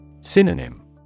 Synonym